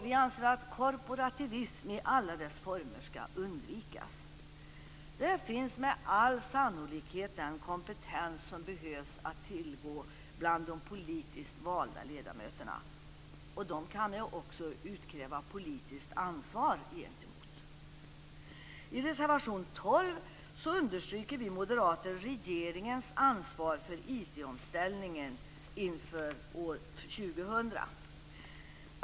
Vi anser att korporativism i alla dess former skall undvikas. Den kompetens som behövs finns med all sannolikhet att tillgå bland de politiskt valda ledamöterna. Dem kan vi också avkräva politiskt ansvar. I reservation 12 understryker vi moderater regeringens ansvar för IT-omställningen inför år 2000.